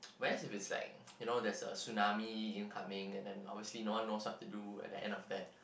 whereas if it's like you know there is tsunami incoming and then obviously no one knows what to do at the end of that